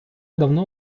давно